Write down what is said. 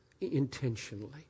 intentionally